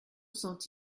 sont